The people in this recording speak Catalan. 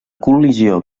col·lisió